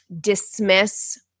dismiss